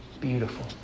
beautiful